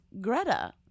Greta